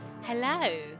Hello